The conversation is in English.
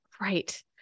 right